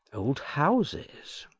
old houses.